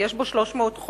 ויש בו 300 חולים.